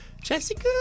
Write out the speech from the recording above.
Jessica